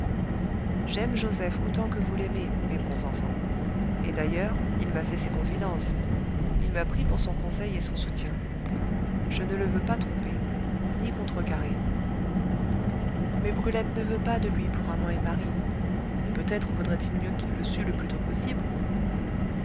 j'aime joseph autant que vous l'aimez mes bons enfants et d'ailleurs il m'a fait ses confidences il m'a pris pour son conseil et son soutien je ne le veux pas tromper ni contrecarrer mais brulette ne veut pas de lui pour amant et mari et peut-être vaudrait-il mieux qu'il le sût le plus tôt possible